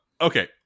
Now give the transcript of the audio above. Okay